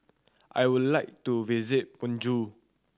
I would like to visit Banjul